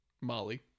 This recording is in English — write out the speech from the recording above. Molly